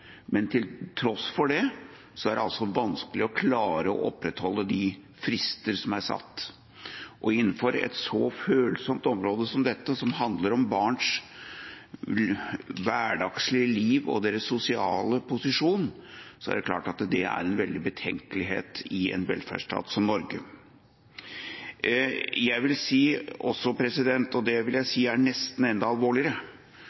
Men til tross for det er det altså vanskelig å klare å opprettholde de fristene som er satt. Innenfor et så følsomt område som dette, som handler om barns hverdagslige liv og deres sosiale posisjon, er det klart at det er en stor betenkelighet i en velferdsstat som Norge. Jeg vil også si, og det vil jeg